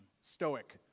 Stoic